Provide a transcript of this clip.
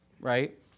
right